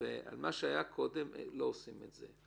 ועל מה שהיה קודם לא עושים את זה,